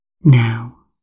now